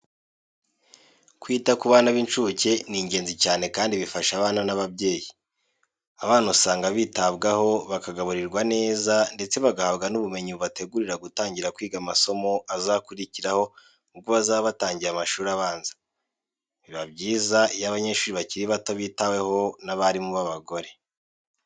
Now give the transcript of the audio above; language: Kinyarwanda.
Kwita ku bana b'inshuke ni ingenzi cyane kandi bifasha abana n'ababyeyi. Abana usanga bitabwaho bakagaburirwa neza ndetse bagahabwa n'ubumenyi bubategurira gutangira kwiga amasomo azakurikiraho ubwo bazaba batangiye amashuri abanza. Biba byiza iyo abanyeshuri bakiri bato bitaweho n'abarimu b'abagore.